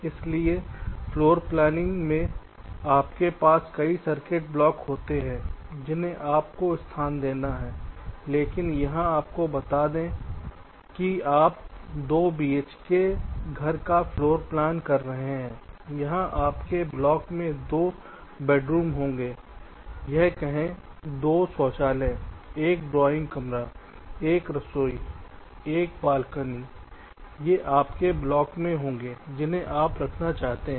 इसलिए फ्लोरप्लानिंग में आपके पास कई सर्किट ब्लॉक होते हैं जिन्हें आप को स्थान देना है लेकिन यहां आपको बता दें कि आप 2 बीएचके घर का फ्लोर प्लान कर रहे हैं यहां आपके ब्लॉक में 2 बेडरूम होंगे हम कहें 2 शौचालय 1 ड्राइंग कमरा 1 रसोई और 1 बालकनी ये आपके ब्लॉक होंगे जिन्हें आप रखना चाहते हैं